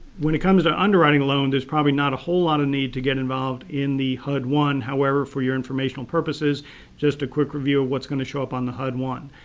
when it comes to ah underwriting loans, there's probably not a whole lot of need to get involved in the hud one. however, for your informational purposes just a quick review of what's going to show up on the hud one.